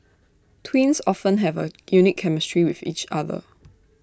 twins often have A unique chemistry with each other